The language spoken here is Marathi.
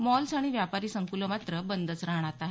मॉल्स आणि व्यापारी संकलं मात्र बंद च राहणार आहेत